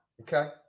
Okay